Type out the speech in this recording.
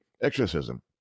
exorcism